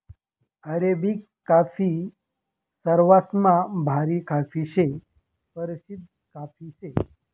Arabic coffee सरवासमा भारी काफी शे, परशिद्ध कॉफी शे